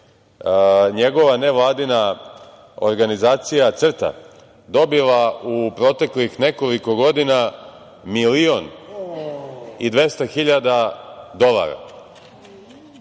njegova nevladina organizacija CRTA dobila u proteklih nekoliko godina milion i 200 hiljada dolara. CRTA